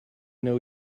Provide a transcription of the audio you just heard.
know